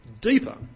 deeper